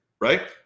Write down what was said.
right